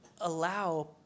allow